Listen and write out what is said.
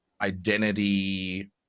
identity